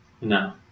No